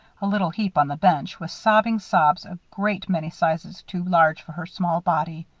a little heap on the bench, was sobbing sobs a great many sizes too large for her small body.